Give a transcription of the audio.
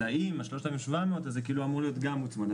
אז האם ה-3,700 הזה אמור להיות גם מוצמד?